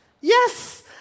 Yes